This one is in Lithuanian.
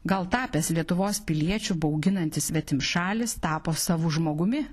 gal tapęs lietuvos piliečiu bauginantis svetimšalis tapo savu žmogumi